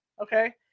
Okay